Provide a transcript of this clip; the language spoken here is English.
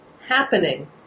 happening